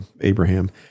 Abraham